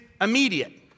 immediate